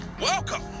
Welcome